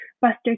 Buster